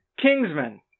Kingsman